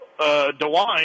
DeWine